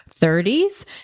30s